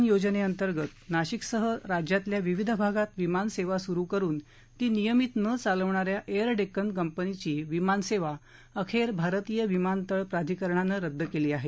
केंद्र शासनाच्या उडान योजनेअंतर्गत नाशिकसह राज्यातल्या विविध भागात विमान सेवा सुरू करून ती नियमित न चालवणाऱ्या एयर डेक्कन कंपनीची विमान सेवा अखेर भारतीय विमान तळ प्राधिकरणानं रद्द केली आहे